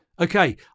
Okay